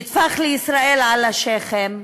יטפח לישראל על השכם,